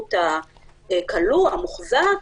בנוכחות הכלוא, המוחזק,